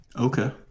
Okay